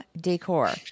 decor